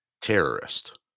terrorist